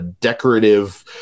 decorative